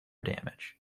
damage